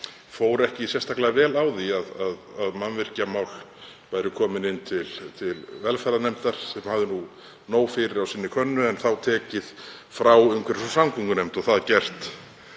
fór ekki sérstaklega vel á því að mannvirkjamál væru komin inn til velferðarnefndar sem hafði nóg fyrir á sinni könnu en tekin frá umhverfis- og samgöngunefnd og það gert